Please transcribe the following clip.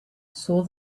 saw